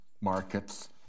markets